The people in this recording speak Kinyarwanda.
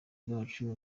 bacu